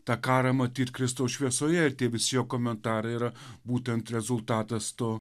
tą karą matyt kristaus šviesoje tie visi jo komentarai yra būtent rezultatas to